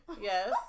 yes